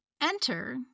Enter